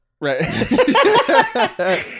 Right